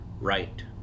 right